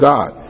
God